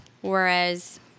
Whereas—